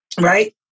right